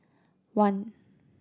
one